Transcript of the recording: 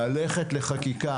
ללכת לחקיקה.